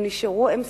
הם נשארו.